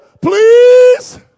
Please